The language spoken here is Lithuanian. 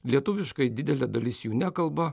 lietuviškai didelė dalis jų nekalba